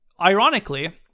ironically